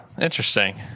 Interesting